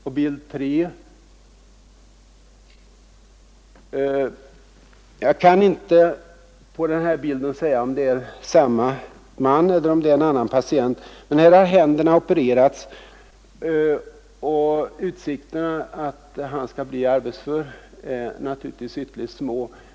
Nästa bild — jag kan inte säga om det är samma man eller en annan patient — visar hur händerna har opererats. Utsikterna att mannen skall bli arbetsför är naturligtvis mycket små.